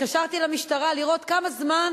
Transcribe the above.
התקשרתי למשטרה לראות בכמה זמן